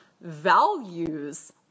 values